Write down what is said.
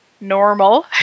normal